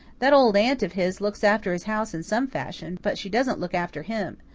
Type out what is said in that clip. that old aunt of his looks after his house in some fashion, but she doesn't look after him.